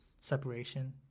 separation